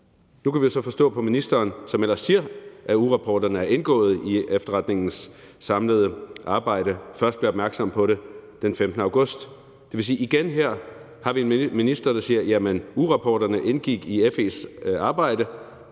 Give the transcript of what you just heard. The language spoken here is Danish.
Nu kan vi så forstå på ministeren, som ellers siger, at ugerapporterne er indgået i efterretningens samlede arbejde, at hun først blev opmærksom på det den 15. august. Det vil sige, at igen her har vi en minister, der siger: Jamen ugerapporterne indgik i FE's arbejde,